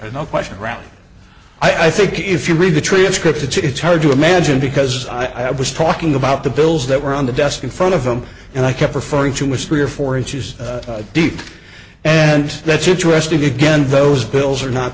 there's no question around i think if you read the transcript it's hard to imagine because i was talking about the bills that were on the desk in front of them and i kept referring to which three or four inches deep and that's interesting again those bills are not